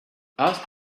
ask